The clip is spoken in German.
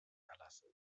erlassen